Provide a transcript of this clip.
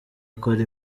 akora